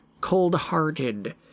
cold-hearted